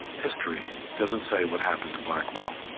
history doesn't say what happened to blackwell.